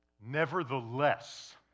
Nevertheless